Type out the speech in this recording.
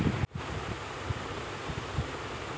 प्रसव शुरू होने के कुछ समय पहले भेड़ एकांत जगह को तलाशती है